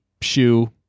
shoe